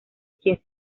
quien